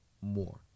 more